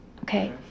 Okay